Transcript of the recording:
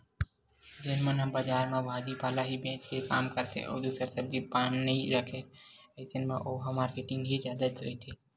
जेन मन ह बजार म भाजी पाला ही बेंच के काम करथे अउ दूसर सब्जी पान नइ रखे राहय अइसन म ओहा मारकेटिंग ही जादा रहिथे